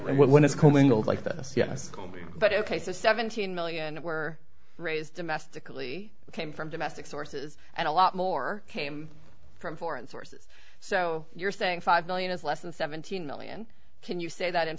when it's commingled like this yes but ok so seventeen million were raised domestically came from domestic sources and a lot more came from foreign sources so you're saying five million is less than seventeen million can you say that in